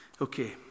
Okay